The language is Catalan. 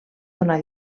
donar